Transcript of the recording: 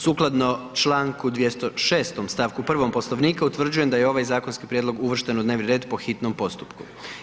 Sukladno Članku 206., stavku 1. Poslovnika utvrđujem da je ovaj zakonski prijedlog uvršten u dnevni red po hitnom postupku.